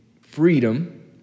freedom